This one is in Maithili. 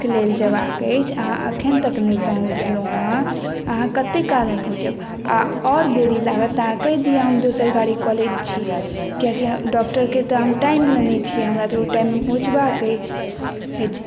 बाक लेल जयबाक अछि अहाँ एखन तक नहि पहुँचलहुँ अहाँ कते कालमे पहुँचब आओर आरो देरी लागत तऽ अहाँ कहि दिअ हम दोसर गाड़ी कऽ लैत छी किएक कि डॉक्टरके तऽ हम टाइम नेने छी हमरा तऽ ओइ टाइममे पहुँचबाक अछि अछि